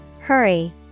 Hurry